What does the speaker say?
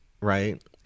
right